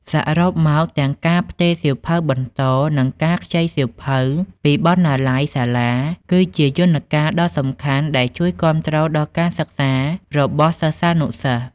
សរុបមក ទាំងការផ្ទេរសៀវភៅបន្ត និងការខ្ចីសៀវភៅពីបណ្ណាល័យសាលា គឺជាយន្តការដ៏សំខាន់ដែលជួយគាំទ្រដល់ការសិក្សារបស់សិស្សានុសិស្ស។